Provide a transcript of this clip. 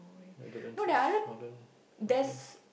Netherlands is Holland